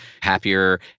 happier